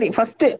First